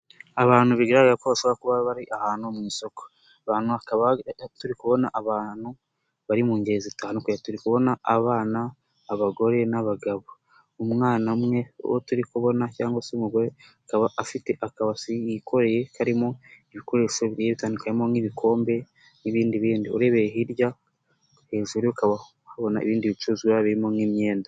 Abantu bigaragara ko bashobora kuba bari ahantu mu isoko turi kubona abantu bari mu nge zitandukanye, turi kubona abana, abagore n'abagabo. Umwana umwe uwo turi kubona cyangwa se umugore akaba akaba yikoreye karimo ibikoresho bitandukanye karimo nk'ibikombe n'ibindi bindi. Urebeye hirya, hejuru ukaba uhabona ibindi bicuruzwa birimo nk'imyenda.